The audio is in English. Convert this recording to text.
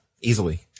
easily